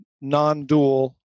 non-dual